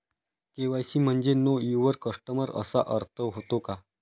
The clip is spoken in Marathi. के.वाय.सी म्हणजे नो यूवर कस्टमर असा अर्थ होतो का?